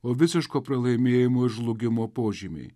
o visiško pralaimėjimo i žlugimo požymiai